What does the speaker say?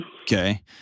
Okay